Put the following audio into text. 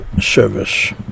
service